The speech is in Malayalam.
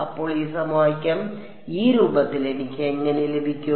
അപ്പോൾ ഈ സമവാക്യം ഈ രൂപത്തിൽ എനിക്ക് എങ്ങനെ ലഭിക്കും